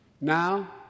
Now